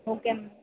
okay ma'am